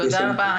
תודה רבה.